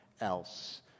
else